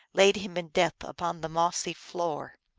laid him in death upon the mossy floor.